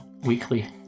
weekly